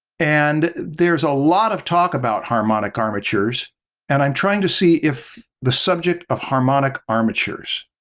and there's a lot of talk about harmonic armatures and i'm trying to see if the subject of harmonic armatures